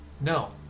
No